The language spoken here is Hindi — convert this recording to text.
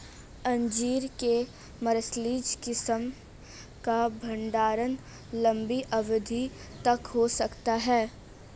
अंजीर के मार्सलीज किस्म का भंडारण लंबी अवधि तक हो सकता है